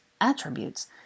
attributes